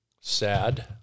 sad